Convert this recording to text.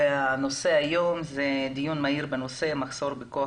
הנושא הוא דיון מהיר בנושא מחסור בכוח